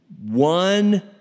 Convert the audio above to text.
One